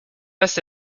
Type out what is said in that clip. less